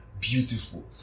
beautiful